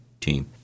team